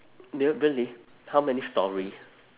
ya really how many storey